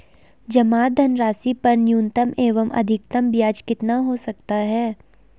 जमा धनराशि पर न्यूनतम एवं अधिकतम ब्याज कितना हो सकता है?